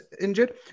injured